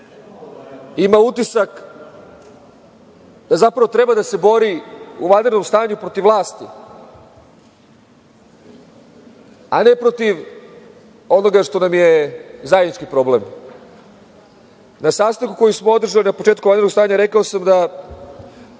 ima utisak da zapravo treba da se bori u vanrednom stanju protiv vlasti, a ne protiv onoga što nam je zajednički problem. Na sastanku koji smo održali na početku vanrednog stanja rekao sam da